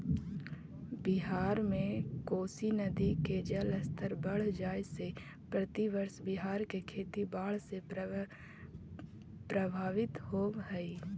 बिहार में कोसी नदी के जलस्तर बढ़ जाए से प्रतिवर्ष बिहार के खेती बाढ़ से प्रभावित होवऽ हई